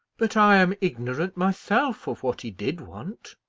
but i am ignorant myself of what he did want,